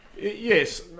Yes